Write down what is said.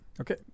Okay